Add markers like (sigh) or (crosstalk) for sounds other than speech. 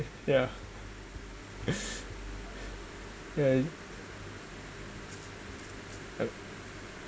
yeah yeah (noise)